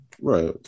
Right